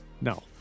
no